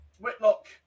Whitlock